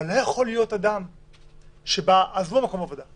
אבל עזבו רגע את מקום העבודה.